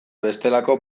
bestelako